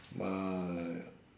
my